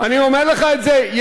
אני אומר לך את זה,